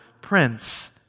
Prince